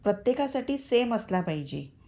प्रत्येकासाठी सेम असला पाहिजे